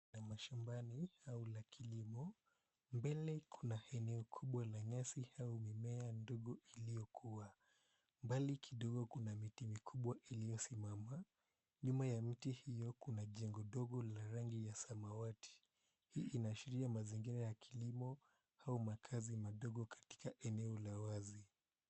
...la mashambani au la kilimo. Mbele kuna eneo kubwa la nyasi au mimea ndogo iliyokua. Mbali kidogo kuna miti mikubwa iliyosimama. Nyuma ya miti hiyo kuna jengo ndogo la rangi ya samawati. Hii inaashiria mazingira ya kilimo au makazi madogo katika eneo la wazi.